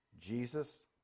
Jesus